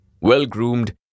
well-groomed